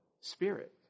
spirit